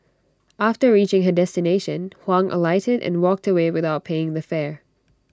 after reaching her destination Huang alighted and walked away without paying the fare